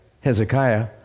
Hezekiah